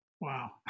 Wow